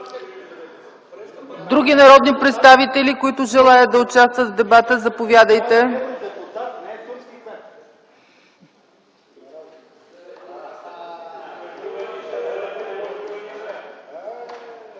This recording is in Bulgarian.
Други народни представители, които желаят да участват в дебата? Заповядайте.